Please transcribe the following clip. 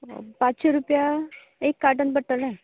पांचशीं रुपया एक कार्टून पडटलें